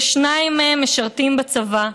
ששניים מהם משרתים בצבא,